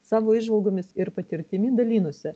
savo įžvalgomis ir patirtimi dalinosi